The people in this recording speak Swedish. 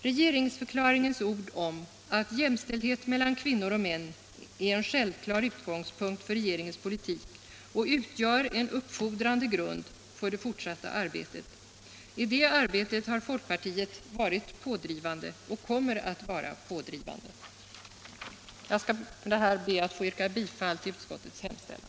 Regeringsförklaringens ord om att jämställdhet mellan kvinnor och män är en självklar utgångspunkt för regeringens politik utgör en uppfordrande grund för det fortsatta arbetet. I det arbetet har folkpartiet varit pådrivande och kommer att vara pådrivande. Jag ber härmed att få yrka bifall till utskottets hemställan.